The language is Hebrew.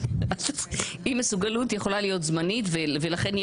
אי מסוגלות יכולה להיות זמנית ולכן היא